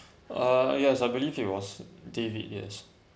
uh yes I believe it was david yes